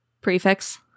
prefix